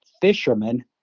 fisherman